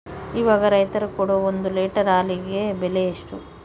ಇವಾಗ ರೈತರು ಕೊಡೊ ಒಂದು ಲೇಟರ್ ಹಾಲಿಗೆ ಬೆಲೆ ಎಷ್ಟು?